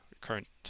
current